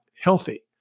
healthy